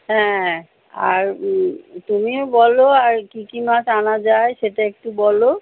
হ্যাঁ আর তুমিও বলো আর কী কী মাছ আনা যায় সেটা একটু বলো